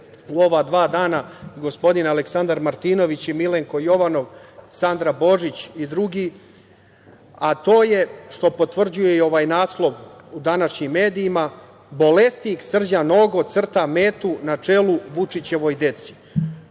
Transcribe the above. u ova dva dana, gospodin Aleksandar Martinović i Milenko Jovanov, Sandra Božić i drugi, a to je što potvrđuje i ovaj naslov u današnjim medijima - bolesnik Srđan Nogo crta metu na čelu Vučićevoj deci,